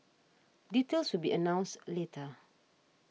details will be announced later